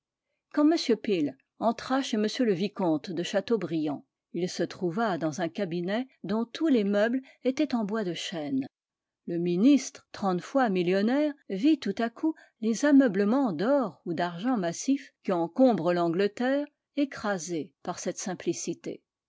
quand m peel entra chez m le vicomte de chateaubriand il se trouva dans un cabinet dont tous les meubles étaient en bois de chêne le ministre trente fois millionnaire vit tout à coup les ameublements d'or ou d'argent massif qui encombrent l'angleterre écrasés par cette simplicité